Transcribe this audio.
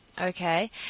okay